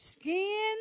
Skin